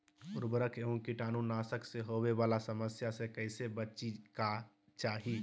उर्वरक एवं कीटाणु नाशक से होवे वाला समस्या से कैसै बची के चाहि?